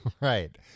Right